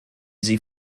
sie